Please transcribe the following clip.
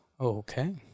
Okay